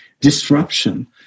disruption